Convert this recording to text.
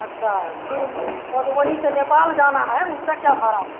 अच्छा फिर मधुबनी से नेपाल जाना है उसका क्या भाड़ा है